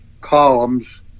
columns